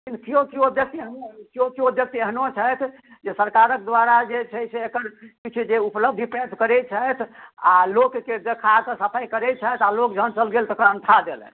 लेकिन किओ किओ व्यक्ति एहनो किओ किओ व्यक्ति एहनो छथि जे सरकारक द्वारा जे छै से एकर किछु जे उपलब्धि प्राप्त करैत छथि आ लोकके देखा कऽ सफाइ करैत छथि आ लोक जखन चलि गेल तखन अन्ठा देलनि